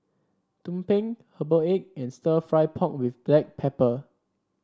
tumpeng Herbal Egg and stir fry pork with Black Pepper